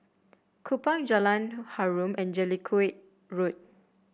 Kupang Jalan Harum and Jellicoe Road